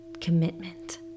commitment